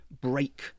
break